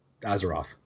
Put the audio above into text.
Azeroth